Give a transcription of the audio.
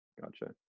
Gotcha